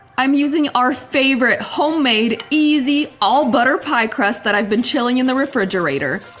i'm using our favorite homemade easy all butter pie crust that i've been chilling in the refrigerator.